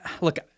look